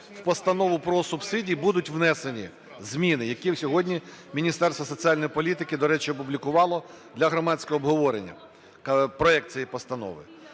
в постанову про субсидії будуть внесені зміни, які сьогодні Міністерство соціальної політики, до речі, опублікувало для громадського обговорення, проект цієї постанови,